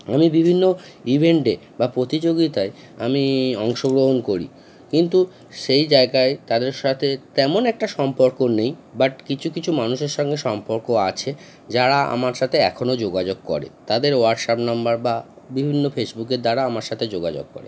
আমি বিভিন্ন ইভেন্টে বা প্রতিযোগিতায় আমি অংশগ্রহণ করি কিন্তু সেই জায়গায় তাদের সাথে তেমন একটা সম্পর্ক নেই বাট কিছু কিছু মানুষের সঙ্গে সম্পর্ক আছে যারা আমার সাথে এখনও যোগাযোগ করে তাদের হোয়াটসঅ্যাপ নাম্বার বা বিভিন্ন ফেসবুকের দ্বারা আমার সাথে যোগাযোগ করে